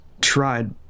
tried